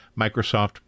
Microsoft